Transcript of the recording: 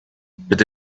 but